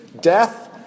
death